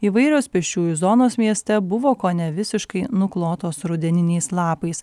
įvairios pėsčiųjų zonos mieste buvo kone visiškai nuklotos rudeniniais lapais